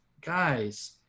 guys